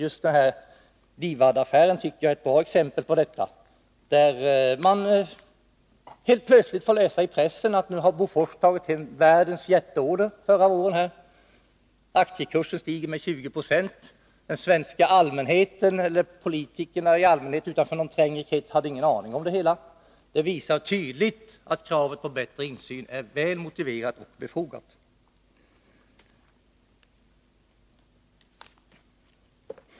Just DIVAD-affären är ett bra exempel på detta. Man fick helt plötsligt läsa i tidningarna att AB Bofors tagit hem världens jätteorder förra året. Aktiekursen steg med 20 96. Den svenska allmänheten och politikerna i allmänhet utanför den trängre kretsen hade ingen aning om det hela. Detta visar tydligt att kravet på bättre insyn är väl motiverat och befogat.